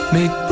Make